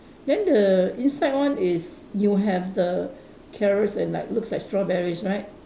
then the inside one is you have the carrots and like looks like strawberries right